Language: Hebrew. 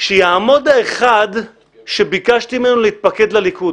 שיעמוד האחד שביקשתי ממנו להתפקד לליכוד.